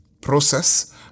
process